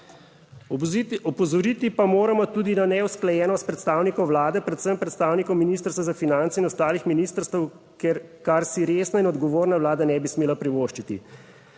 Opozoriti pa moramo tudi na neusklajenost predstavnikov Vlade, predvsem predstavnikov Ministrstva za finance in ostalih ministrstev, kar si resna in odgovorna Vlada ne bi smela privoščiti.